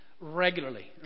regularly